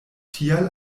tial